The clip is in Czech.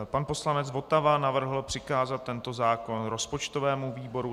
Pan poslanec Votava navrhl přikázat tento zákon rozpočtovému výboru.